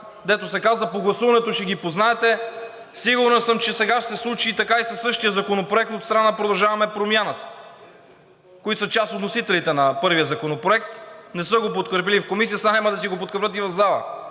дето се казва, по гласуването ще ги познаете. Сигурен съм, че сега ще се случи така и със същия законопроект от страна на „Продължаваме Промяната“, които са част от вносителите на първия законопроект. Не са го подкрепили в комисия, сега няма да си го подкрепят и в залата.